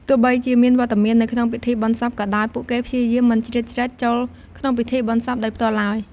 ទោះបីជាមានវត្តមាននៅក្នុងពិធីបុណ្យសពក៏ដោយ ពួកគេព្យាយាមមិនជ្រៀតជ្រែកចូលក្នុងពិធីបុណ្យសពដោយផ្ទាល់ឡើយ។